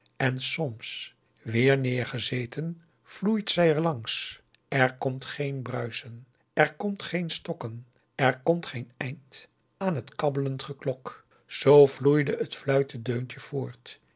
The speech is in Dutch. en soms weer neergezegen vloeit zij er langs er komt geen bruisen er komt geen stokken er komt geen eind aan het kabbelend geklok zoo vloeide het fluitedeuntje voort